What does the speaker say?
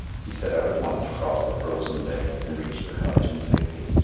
he set out at once to cross the frozen bay and reached the cottage in safety.